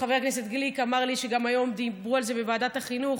חבר הכנסת גליק אמר לי שגם היום דיברו על זה בוועדת החינוך.